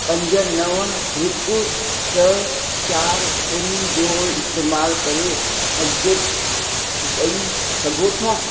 पंज नव हिकु छह चारि ॿुड़ी जो इस्तेमाल करे अपडेट ॾई सघो था